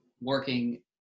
working